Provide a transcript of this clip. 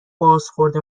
بازخورد